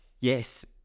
yes